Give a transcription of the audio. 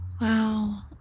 Wow